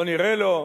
לא נראה לו,